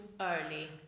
early